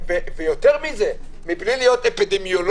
ויותר מזה מבלי להיות אפידמיולוג,